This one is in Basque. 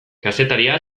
kazetaria